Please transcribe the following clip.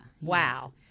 Wow